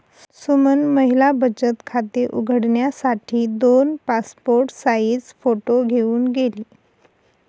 सुमन महिला बचत खाते उघडण्यासाठी दोन पासपोर्ट साइज फोटो घेऊन गेली